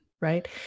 right